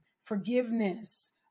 forgiveness